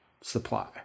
supply